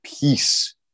peace